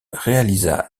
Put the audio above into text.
réalisa